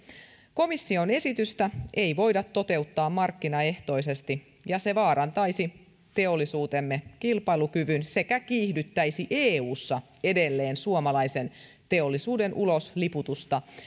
komission esitystä ei voida toteuttaa markkinaehtoisesti ja se vaarantaisi teollisuutemme kilpailukyvyn sekä kiihdyttäisi eussa edelleen suomalaisen teollisuuden ulosliputusta